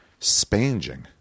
spanging